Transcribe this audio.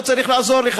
לא צריך לעזור לי,